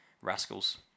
rascals